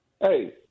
hey